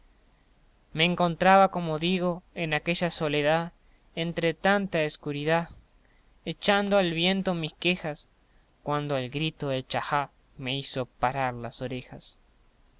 me encontraba como digo en aquella soledá entre tanta escuridá echando al viento mis quejas cuando el grito del chajá me hizo parar las orejas